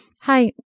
hi